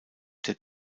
der